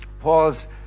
Paul's